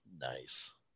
nice